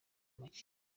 make